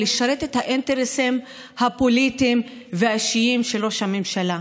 לשרת את האינטרסים הפוליטיים והאישיים של ראש הממשלה.